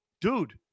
dude